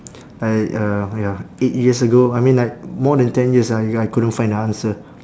I uh ya eight years ago I mean like more than ten years I I couldn't find the answer